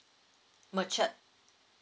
matured